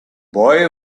boy